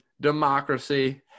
Democracy